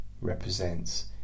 represents